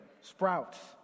Sprouts